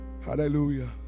Hallelujah